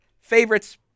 Favorites